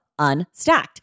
Unstacked